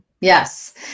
Yes